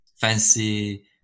fancy